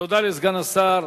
תודה לסגן השר,